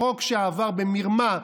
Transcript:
חוק שעבר במרמה,